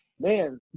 man